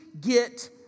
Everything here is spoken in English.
get